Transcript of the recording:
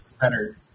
better